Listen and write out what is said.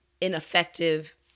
ineffective